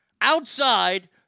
outside